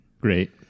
Great